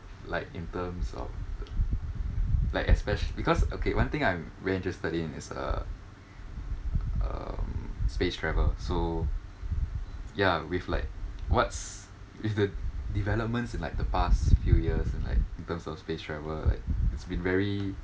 like in terms of like especially because okay one thing I'm very interested in his uh um space travel so ya with like what's with the developments in like the past few years and like in terms of space travel like it's been very